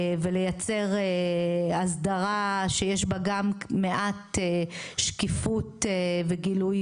ולייצר אסדרה שיש בה גם מעט שקיפות וגילוי